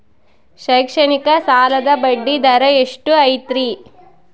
ಶೈಕ್ಷಣಿಕ ಸಾಲದ ಬಡ್ಡಿ ದರ ಎಷ್ಟು ಐತ್ರಿ?